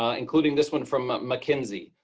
um including this one from mckinsey.